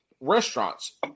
Restaurants